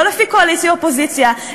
לא לפי קואליציה אופוזיציה,